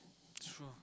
true